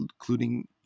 including